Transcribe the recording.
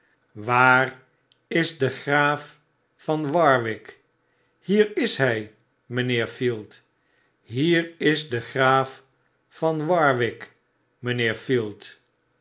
waar is de graaf van warwick hier is hy mijnheer field hier is degraaf van warwick mynheer field